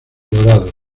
dorado